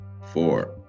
four